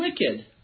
wicked